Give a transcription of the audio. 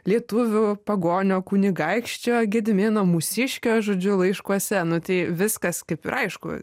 lietuvių pagonio kunigaikščio gedimino mūsiškio žodžiu laiškuose nu tai viskas kaip ir aišku